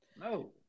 No